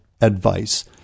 advice